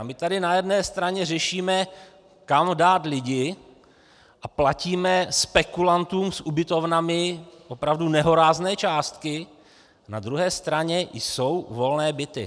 My tady na jedné straně řešíme, kam dát lidi, a platíme spekulantům s ubytovnami opravdu nehorázné částky, na druhé straně jsou volné byty.